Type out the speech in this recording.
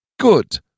Good